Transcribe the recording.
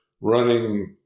running